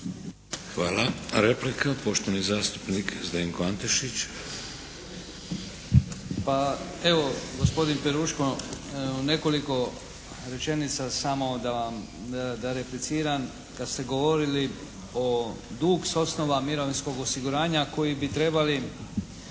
Hvala. Replika, poštovani zastupnik Zdenko Antešić. **Antešić, Zdenko (SDP)** Pa evo gospodin Peruško u nekoliko rečenica samo da vam, da repliciram kad ste govorili o dug s osnova mirovinskog osiguranja koji bi trebali